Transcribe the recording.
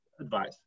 advice